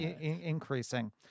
increasing